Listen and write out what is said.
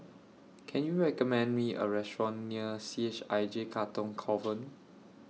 Can YOU recommend Me A Restaurant near C H I J Katong Convent